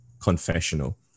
confessional